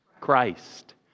Christ